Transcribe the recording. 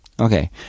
Okay